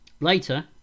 Later